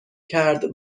کرد